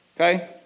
Okay